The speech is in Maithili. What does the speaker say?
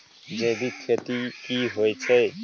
जैविक खेती की होए छै?